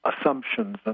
assumptions